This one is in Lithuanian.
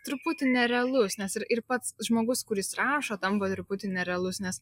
truputį nerealus nes ir pats žmogus kuris rašo tampa truputį nerealus nes